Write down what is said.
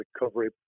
recovery